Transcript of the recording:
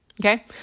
okay